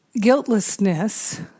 guiltlessness